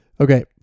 Okay